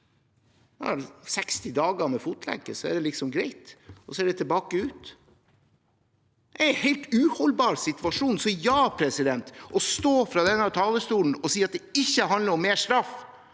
60 dager med fotlenke. Da er det liksom greit, og så er det tilbake ut igjen. Det er en helt uholdbar situasjon. Står man på denne talerstolen og sier at det ikke handler om mer straff,